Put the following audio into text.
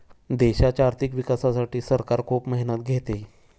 देशाच्या आर्थिक विकासासाठी सरकार खूप मेहनत घेते